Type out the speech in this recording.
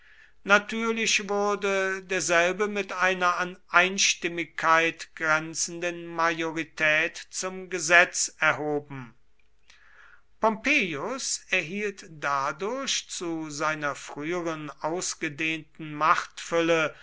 natürlich wurde derselbe mit einer an einstimmigkeit grenzenden majorität zum gesetz erhoben pompeius erhielt dadurch zu seiner früheren ausgedehnten machtfülle